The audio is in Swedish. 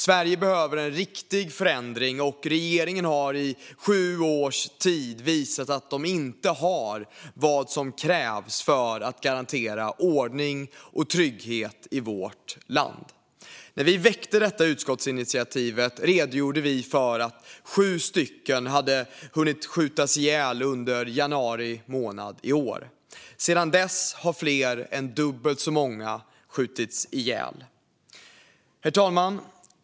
Sverige behöver en riktig förändring, och regeringen har i sju års tid visat att den inte har vad som krävs för att garantera ordning och trygghet i vårt land. När vi väckte detta utskottsinitiativ redogjorde vi för att sju personer hunnit skjutas ihjäl under januari månad i år. Sedan dess har mer än dubbelt så många skjutits ihjäl. Herr talman!